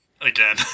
Again